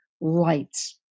lights